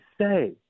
say